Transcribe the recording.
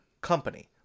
company